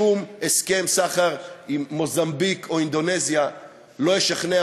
שום הסכם סחר עם מוזמביק או אינדונזיה לא ישכנע